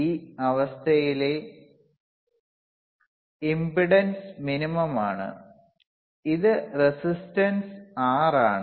ഈ അവസ്ഥയിലെ impedance minimum ആണ് ഇത് റെസിസ്റ്റൻസ് R ആണ്